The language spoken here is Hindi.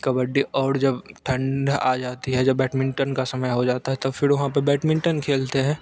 कबड्डी और जब ठंड आ जाती है जब बैडमिंटन का समय हो जाता है तो फिर वहाँ पर बैडमिंटन खेलते हैं